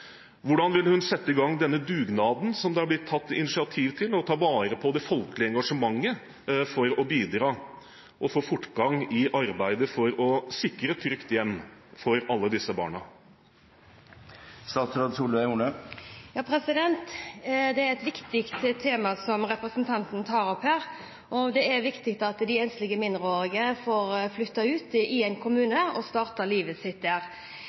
Hvordan vil hun sette i gang denne dugnaden som det er tatt initiativ til, og ta vare på det folkelige engasjementet for å bidra til å få fortgang i arbeidet for å sikre et trygt hjem for alle disse barna? Det er et viktig tema som representanten tar opp her, og det er viktig at de enslige mindreårige får flytte til en kommune og starte livet sitt der.